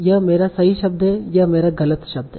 यह मेरा सही शब्द है यह मेरा गलत शब्द है